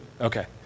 Okay